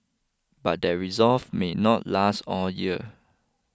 but that resolve may not last all year